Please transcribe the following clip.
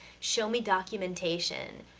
show me documentation!